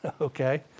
okay